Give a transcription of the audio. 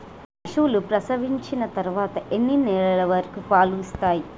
పశువులు ప్రసవించిన తర్వాత ఎన్ని నెలల వరకు పాలు ఇస్తాయి?